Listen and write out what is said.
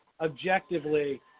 Objectively